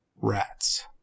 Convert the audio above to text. rats